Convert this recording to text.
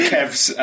Kev's